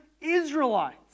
Israelites